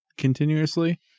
Continuously